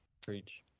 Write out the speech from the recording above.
Preach